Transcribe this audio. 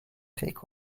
take